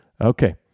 Okay